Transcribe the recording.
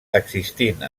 existint